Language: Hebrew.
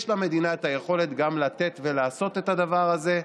יש למדינה את היכולת גם לתת ולעשות את הדבר הזה.